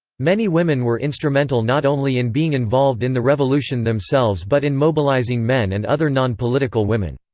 many women were instrumental not only in being involved in the revolution themselves but in mobilizing men and other non-political women.